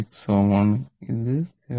6 Ω ആണ് ഇത് 0